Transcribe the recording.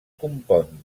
compon